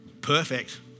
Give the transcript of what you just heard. perfect